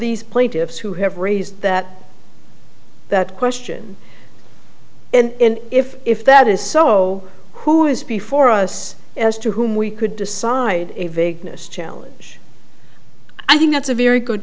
these plaintiffs who have raised that that question and if if that is so who is before us as to whom we could decide if ignace challenge i think that's a very good